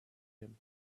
him